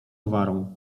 gwarą